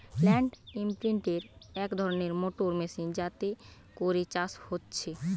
land ইমপ্রিন্টের এক ধরণের মোটর মেশিন যাতে করে চাষ হচ্ছে